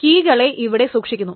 കീകളെ ഇവിടെ സൂക്ഷിക്കുന്നു